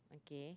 okay